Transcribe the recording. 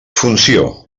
funció